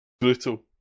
brutal